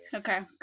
okay